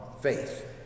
faith